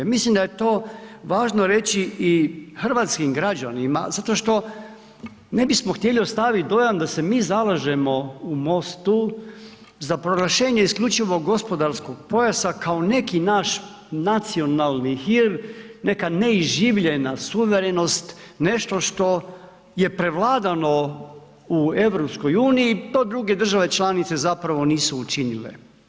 Mislim da je to važno reći i hrvatskim građanima, zato što ne bismo htjeli dojam da se mi zalažemo u MOSTU za proglašenje isključivog gospodarskog pojasa kao neki naš nacionalni hir, neka neiživljena suverenost, nešto što je prevladano u EU, to druge države članice zapravo nisu učinile.